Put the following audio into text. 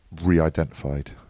re-identified